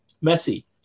messy